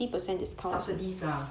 subsidies lah